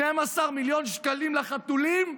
12 מיליון שקלים לחתולים,